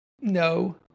no